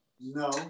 No